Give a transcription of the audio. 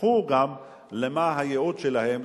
ושכחו גם מה הייעוד שלהם,